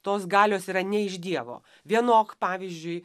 tos galios yra ne iš dievo vienok pavyzdžiui